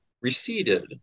receded